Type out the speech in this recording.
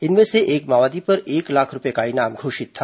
इनमें से एक माओवादी पर एक लाख रूपये का इनाम घोषित था